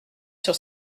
sur